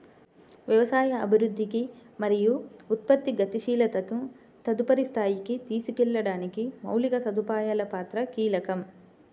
వ్యవసాయ అభివృద్ధికి మరియు ఉత్పత్తి గతిశీలతను తదుపరి స్థాయికి తీసుకెళ్లడానికి మౌలిక సదుపాయాల పాత్ర కీలకం